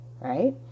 right